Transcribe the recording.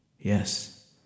Yes